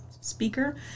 Speaker